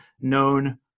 known